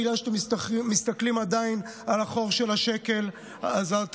בגלל שאתה מסתכלים עדיין על החור של השקל הזה,